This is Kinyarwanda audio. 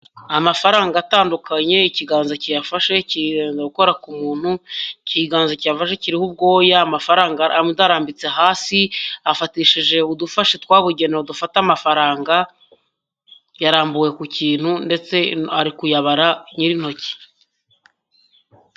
Amafaranga atandukanye, ikiganza kiyafashe kiri gukora ku muntu, ikiganza cyafashe kiho ubwoya atarambitse hasi, afatishije udufashi twabugenewe dufate amafaranga, yarambuwe ku kintu ndetse ari kuyabara nyir' intoki.